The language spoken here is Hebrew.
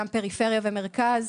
גם פריפריה ומרכז,